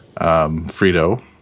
Frito